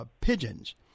pigeons